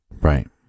right